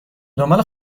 دنبال